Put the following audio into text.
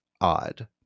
odd